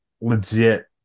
legit